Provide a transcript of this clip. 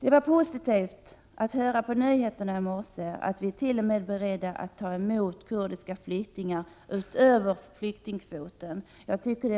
Det var positivt att i nyheterna i morse höra att Sverige, utöver flyktingkvoten, är berett att ta emot kurdiska flyktingar. Det